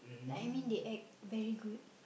like I mean they act very good